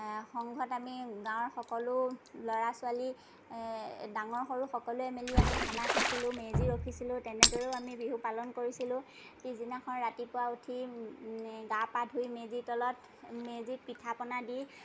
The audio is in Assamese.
সংঘত আমি গাঁৱৰ সকলো ল'ৰা ছোৱালী ডাঙৰ সৰু সকলোৱে মিলি আমি খানা খাইছিলো মেজি ৰখিছিলো তেনেদৰেও আমি বিহু পালন কৰিছিলো পিছদিনাখন ৰাতিপূৱা উঠি গা পা ধুই মেজি তলত মেজিত পিঠা পনা দি